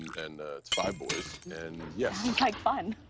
and it's five boys, and yes. sounds like fun.